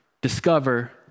discover